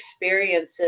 experiences